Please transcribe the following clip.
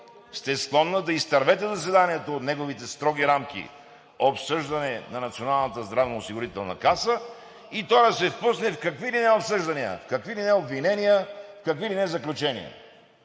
сте склонна да изтървете заседанието от неговите строги рамки – обсъждане на Националната здравноосигурителна каса, и то да се впусне в какви ли не обсъждания, в какви ли не обвинения, в какви ли не заключения.